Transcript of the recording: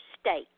state